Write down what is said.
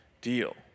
deal